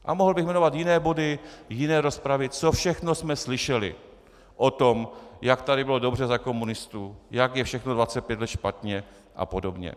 A mohl bych jmenovat jiné body jiné rozpravy, co všechno jsme slyšeli o tom, jak tady bylo dobře za komunistů, jak je všechno 25 let špatně a podobně.